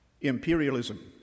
imperialism